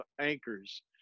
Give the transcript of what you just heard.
anchors